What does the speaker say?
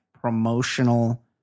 promotional